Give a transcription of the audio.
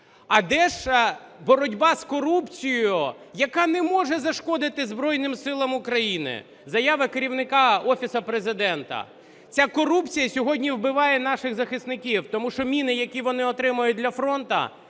А де ж боротьба з корупцією, яка не може зашкодити Збройним Силам України? Заява керівника Офісу Президента. Ця корупція сьогодні вбиває наших захисників. Тому що міни, які вони отримають для фронту,